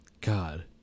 god